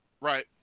Right